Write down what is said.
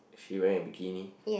is she wearing a bikini